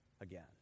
again